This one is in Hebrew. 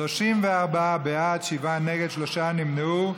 34 בעד, שבעה נגד, שלושה נמנעו.